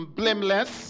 blameless